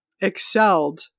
excelled